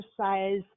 exercise